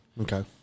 okay